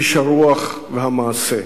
איש הרוח והמעשה,